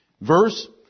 verse